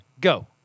Go